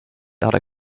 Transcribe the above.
other